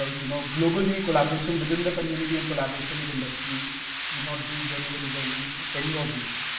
ah you know globally, collaboration within the community and collaboration with industry, would not do very very well in any of these.